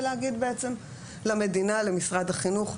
ולהגיד בעצם למדינה, למשרד החינוך,